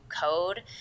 code